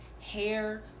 hair